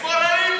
שמאלנים,